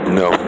no